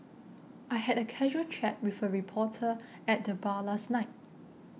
I had a casual chat with a reporter at the bar last night